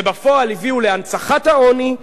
ובפועל הביאו להנצחת העוני,